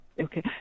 Okay